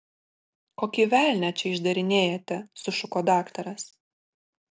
kokį velnią čia išdarinėjate sušuko daktaras